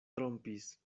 trompis